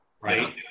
Right